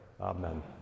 Amen